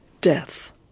death